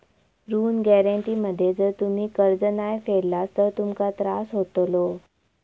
ऋण गॅरेंटी मध्ये जर तुम्ही कर्ज नाय फेडलास तर तुमका त्रास होतलो